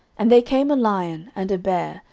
and there came a lion, and a bear,